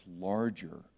larger